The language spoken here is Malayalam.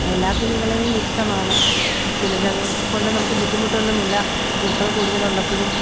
എല്ലാ കിളികളെയും ഇഷ്ടമാണ് കിളികൾ കൊണ്ട് നമുക്ക് ബുദ്ധിമുട്ടൊന്നും ഇല്ല പൂക്കൾ കൂടുതലുള്ളപ്പഴും